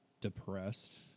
depressed